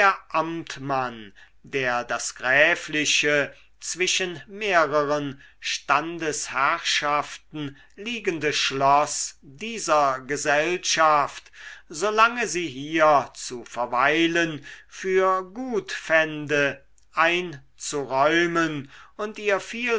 amtmann der das gräfliche zwischen mehreren standesherrschaften liegende schloß dieser gesellschaft so lange sie hier zu verweilen für gut fände einzuräumen und ihr